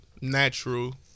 natural